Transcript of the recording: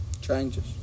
Changes